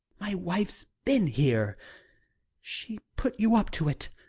my wife's been here she put you up to it.